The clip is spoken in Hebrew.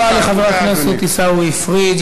תודה רבה לחבר הכנסת עיסאווי פריג'.